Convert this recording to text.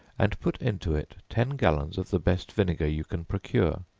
and put into it ten gallons of the best vinegar you can procure,